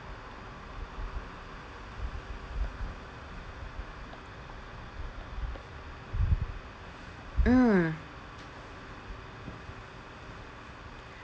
mm